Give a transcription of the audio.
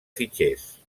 fitxers